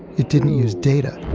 it didn't use data,